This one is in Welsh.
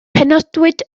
penodwyd